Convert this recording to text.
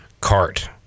Cart